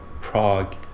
Prague